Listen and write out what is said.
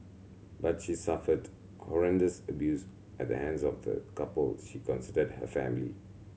but she suffered horrendous abuse at the hands of the couple she considered her family